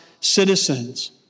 citizens